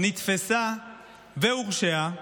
נתפסה והורשעה,